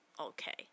okay